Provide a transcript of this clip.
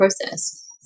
process